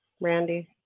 Randy